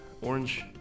orange